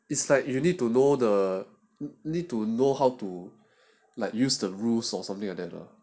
it's like you need to know the need to know how to like use the rules or something like that lah